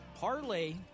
parlay